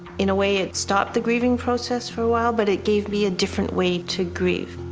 in a way, it stopped the grieving process for a while, but it gave me a different way to grieve.